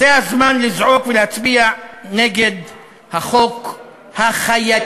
זה הזמן לזעוק ולהצביע נגד החוק החייתי